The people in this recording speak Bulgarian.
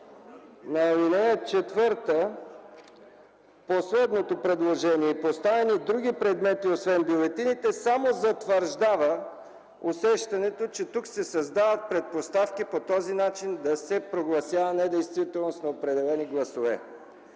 т. 2 на ал. 4, последното предложение „и поставени други предмети, освен бюлетините” само затвърждава усещането, че тук се създават предпоставки по този начин да се прогласява недействителност на определени гласове.